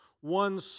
one